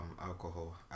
alcohol